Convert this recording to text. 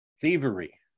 Thievery